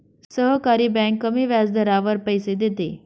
सहकारी बँक कमी व्याजदरावर पैसे देते